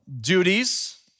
duties